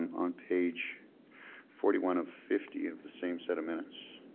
um page forty one of fifty of the same set of minutes.